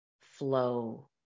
flow